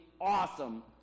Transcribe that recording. awesome